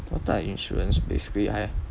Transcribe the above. what type of insurance basically I have